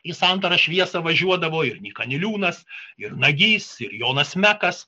į santarą šviesą važiuodavo ir nyka niliūnas ir nagys ir jonas mekas